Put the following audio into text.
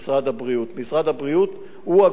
משרד הבריאות הוא הגוף המפקח.